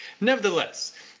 Nevertheless